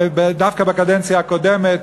דווקא בקדנציה הקודמת,